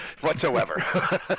whatsoever